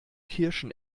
kirschen